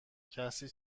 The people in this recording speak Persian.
کسی